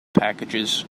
packages